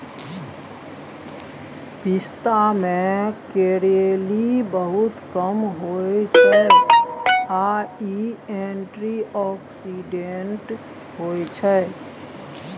पिस्ता मे केलौरी बहुत कम होइ छै आ इ एंटीआक्सीडेंट्स होइ छै